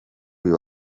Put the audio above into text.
uyu